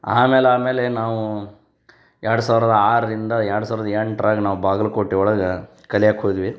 ಆಮೇಲಾಮೇಲೆ ನಾವು ಎರಡು ಸಾವಿರದ ಆರರಿಂದ ಎರಡು ಸಾವಿರದ ಎಂಟರಾಗ ನಾವು ಬಾಗಲಕೋಟೆ ಒಳಗೆ ಕಲಿಯಾಕ್ಕೆ ಹೋದ್ವಿ